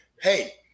hey